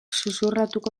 xuxurlatuko